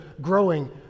growing